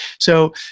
so,